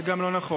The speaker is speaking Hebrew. זה גם לא נכון.